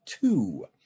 two